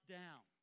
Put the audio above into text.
down